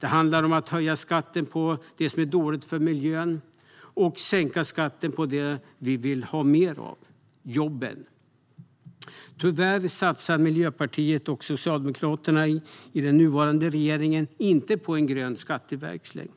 Det handlar om att höja skatten på det som är dåligt för miljön och sänka skatten på det som vi vill ha mer av, nämligen jobben. Tyvärr satsar inte Miljöpartiet och Socialdemokraterna i den nuvarande regeringen på en grön skatteväxling.